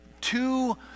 two